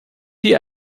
die